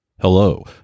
Hello